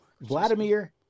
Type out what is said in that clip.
Vladimir